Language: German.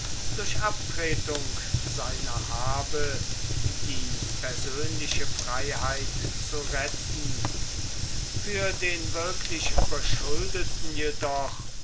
durch abtretung seiner habe die persönliche freiheit zu retten für den wirklich überschuldeten jedoch